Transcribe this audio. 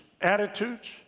attitudes